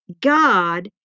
God